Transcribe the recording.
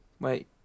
Wait